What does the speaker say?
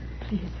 Please